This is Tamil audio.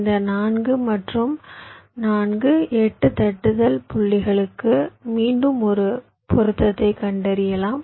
இந்த 4 மற்றும் 4 8 தட்டுதல் புள்ளிகளுக்கு மீண்டும் ஒரு பொருத்தத்தைக் கண்டறியலாம்